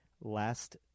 last